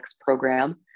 program